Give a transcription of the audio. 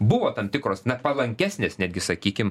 buvo tam tikros na palankesnės netgi sakykim